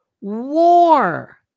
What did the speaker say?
war